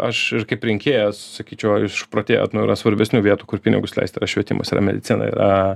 aš kaip rinkėjas sakyčiau ar jūs išprotėjot nu yra svarbesnių vietų kur pinigus leist yra švietimas yra medicina yra